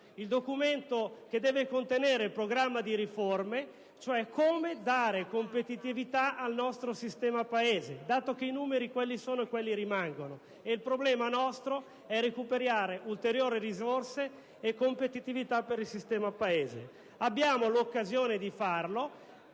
Quest'ultimo deve contenere il programma di riforme, indicando cioè come dare competitività al nostro sistema Paese, dato che i numeri quelli sono e quelli rimangono, e il nostro problema è recuperare ulteriori risorse e competitività per il sistema Paese. Abbiamo l'occasione di farlo